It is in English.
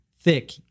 thick